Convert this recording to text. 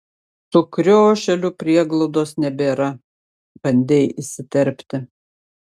sukriošėlių prieglaudos nebėra bandei įsiterpti